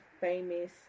famous